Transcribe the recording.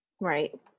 Right